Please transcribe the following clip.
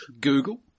Google